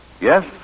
Yes